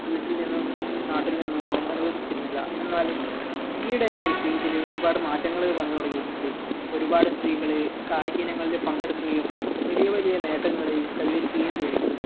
വീട്ടിൽ നിന്നും നാട്ടിൽ നിന്നും ഒന്നും അനുവദിച്ചിരുന്നില്ല എന്നാൽ ഈ ഇടയായിട്ട് ഇതിൽ ഒരുപാട് മാറ്റങ്ങൾ വന്ന് തുടങ്ങിയിട്ടുണ്ട് ഒരുപാട് സ്ത്രീകൾ കായിക ഇനങ്ങളിൽ പങ്കെടുക്കുകയും വലിയ വലിയ നേട്ടങ്ങൾ കൈവരിക്കുകയും ചെയ്യുന്നുണ്ട്